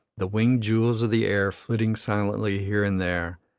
the winged jewels of the air flitting silently here and there,